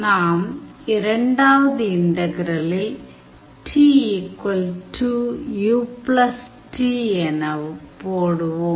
நாம் இரண்டாவது இன்டகிரலில் t u T எனப் போடுவோம்